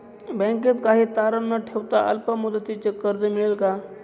बँकेत काही तारण न ठेवता अल्प मुदतीचे कर्ज मिळेल का?